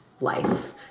life